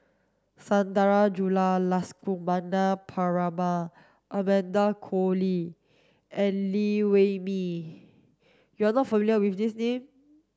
Sundarajulu Lakshmana Perumal Amanda Koe Lee and Liew Wee Mee you are not familiar with these names